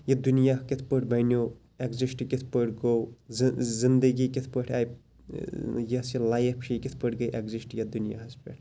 یہِ دُنیاہ کِتھ پٲٹھۍ بَنیو ایٚگزِسٹ کِتھ پٲٹھۍ گوٚو زِ زِنٛدگی کِتھ پٲٹھۍ آیہِ یۄس یہِ لایف چھِ یہِ کِتھ پٲٹھۍ گٔے ایٚگزِسٹ یتھ دُنیا ہَس پٮ۪ٹھ